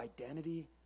identity